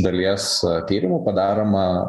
dalies tyrimų padaroma